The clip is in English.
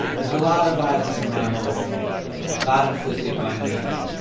there was a lot of violence in my home not inflicted by me,